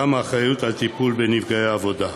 גם האחריות לטיפול בנפגעי עבודה.